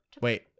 wait